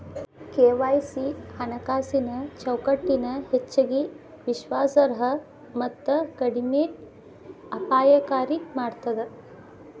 KYC ಹಣಕಾಸಿನ್ ಚೌಕಟ್ಟನ ಹೆಚ್ಚಗಿ ವಿಶ್ವಾಸಾರ್ಹ ಮತ್ತ ಕಡಿಮೆ ಅಪಾಯಕಾರಿ ಮಾಡ್ತದ